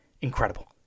Incredible